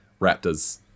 raptors